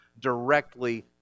directly